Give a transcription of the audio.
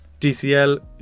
DCL